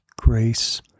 grace